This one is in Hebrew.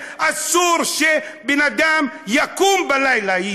שאסור שבן אדם יקום בלילה,